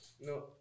No